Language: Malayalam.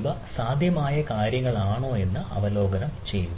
ഇവ സാധ്യമായ കാര്യങ്ങളാണെന്നോ അവലോകനം ചെയ്യുക